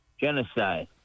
genocide